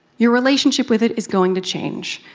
your relationship with it is going to change.